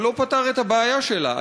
אבל לא פתר את הבעיה שלה.